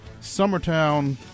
Summertown